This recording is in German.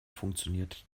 funktioniert